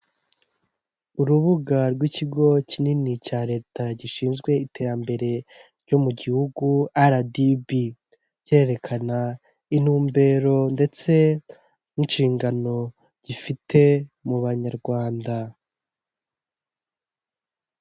Urubuga rw'ikigo kinini cya leta gishinzwe iterambere ryo mu gihugu aradibi, cyerekana intumbero ndetse n'inshingano gifite mu banyarwanda.